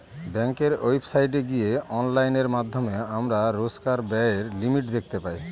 ব্যাঙ্কের ওয়েবসাইটে গিয়ে অনলাইনের মাধ্যমে আমরা রোজকার ব্যায়ের লিমিট দেখতে পাই